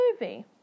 movie